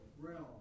realm